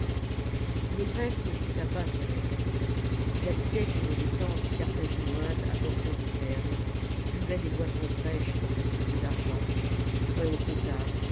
le grec n'écouta pas ses raisons il habitait une des tentes carthaginoises à bordures de perles buvait des boissons fraîches dans des coupes d'argent jouait au